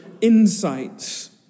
insights